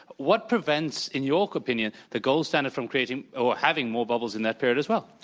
what prevents, in your opinion, the gold standard from creating or having more bubbles in that period as well?